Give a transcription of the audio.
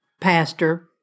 pastor